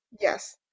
Yes